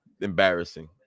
embarrassing